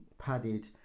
padded